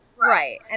right